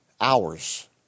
hours